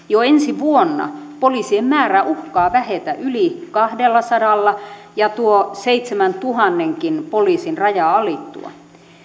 jo ensi vuonna poliisien määrä uhkaa vähetä yli kahdellasadalla ja tuo seitsemäntuhannenkin poliisin raja alittua